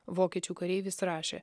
vokiečių kareivis rašė